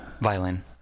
Violin